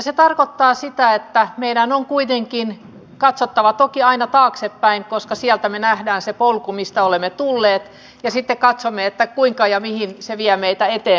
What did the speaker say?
se tarkoittaa sitä että meidän on kuitenkin katsottava toki aina taaksepäin koska sieltä me näemme sen polun mistä olemme tulleet ja sitten katsomme kuinka ja mihin se vie meitä eteenpäin